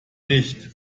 nicht